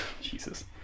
Jesus